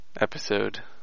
episode